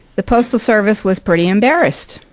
the postal service was pretty embarrassed.